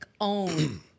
own